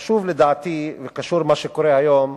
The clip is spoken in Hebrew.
החשוב, לדעתי, וקשור למה שקורה היום,